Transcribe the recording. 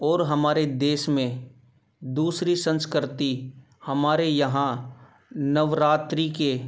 और हमारे देश में दूसरी संस्कृति हमारे यहाँ नवरात्रि के